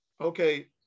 Okay